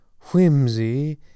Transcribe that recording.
whimsy